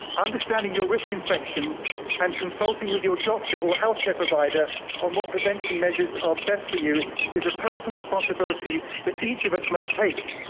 understanding your risk infection and consulting with your doctor or healthcare provider or more prevention measures are best for you is a person responsibility that each of us must take.